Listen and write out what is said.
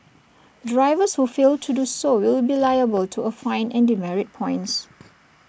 drivers who fail to do so will be liable to A fine and demerit points